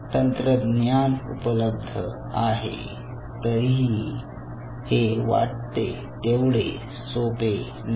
तंत्रज्ञान उपलब्ध आहे तरीही हे वाटते तेवढे सोपे नाही